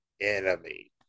enemy